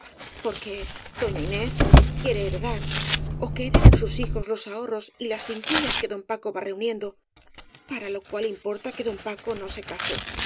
conmigo porque doña inés quiere heredar ó que hereden sus hijos los ahorros y las finquillas que don paco va reuniendo para lo cual importa que don paco no se case